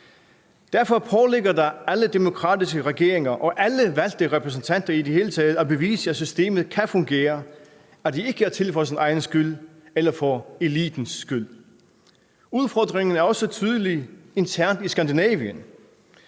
Derfor påligger det alle demokratiske regeringer og alle valgte repræsentanter i det hele taget at bevise, at systemet kan fungere; at det ikke er til for sin egen skyld eller for elitens skyld. Udfordringen er også tydelig internt i Skandinavien.